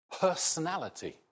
personality